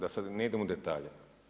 Da sada ne idemo u detalje.